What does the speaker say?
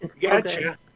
Gotcha